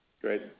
Great